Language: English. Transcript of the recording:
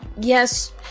yes